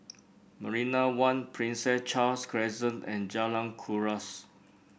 Marina One Prince Charles Crescent and Jalan Kuras